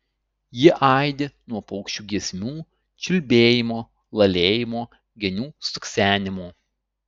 ji aidi nuo paukščių giesmių čiulbėjimo lalėjimo genių stuksenimo